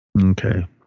Okay